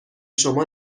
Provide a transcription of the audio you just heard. شما